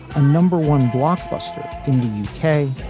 a number one blockbuster in the u k.